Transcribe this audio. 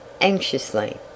anxiously